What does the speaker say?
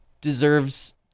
deserves